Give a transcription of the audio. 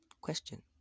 Question